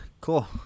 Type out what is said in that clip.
Cool